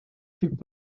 fut